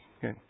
Good